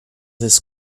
this